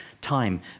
time